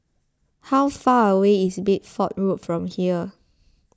how far away is Bedford Road from here